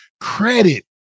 Credit